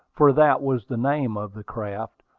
for that was the name of the craft,